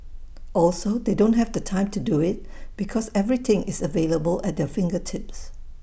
also they don't have the time to do IT because everything is available at their fingertips